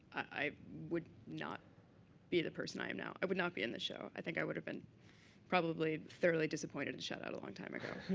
i would not be the person i am now. i would not be in this show. i think i would have been probably thoroughly disappointed and shut out a long time ago.